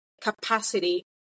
capacity